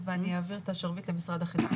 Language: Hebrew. אני אגיד משפט אחד ואני אעביר את השרביט למשרד החינוך.